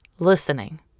listening